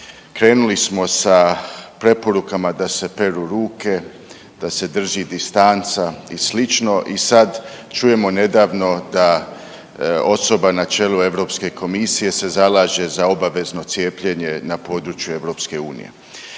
krenuli smo sa preporukama da se peru ruke, da se drži distanca i slično i sad čujemo nedavno da osoba na čelu Europske komisije se zalaže za obavezno cijepljenje na području EU. Dakle,